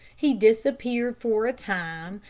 he disappeared for a time,